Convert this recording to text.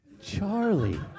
Charlie